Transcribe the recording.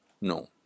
no